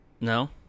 No